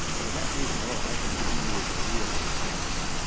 for that reason alone, i think the eu is a real success.